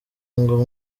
ngo